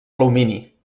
alumini